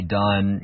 done